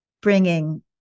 bringing